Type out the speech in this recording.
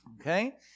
okay